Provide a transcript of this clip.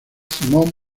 simone